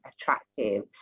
attractive